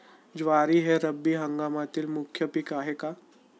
ज्वारी हे रब्बी हंगामातील मुख्य पीक आहे का?